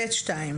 ב-(ב)(2).